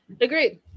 Agreed